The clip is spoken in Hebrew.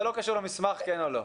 זה לא קשור למסמך, כן או לא.